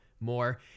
more